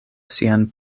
sian